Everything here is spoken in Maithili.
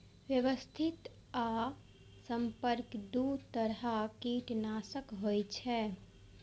व्यवस्थित आ संपर्क दू तरह कीटनाशक होइ छै